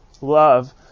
love